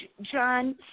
John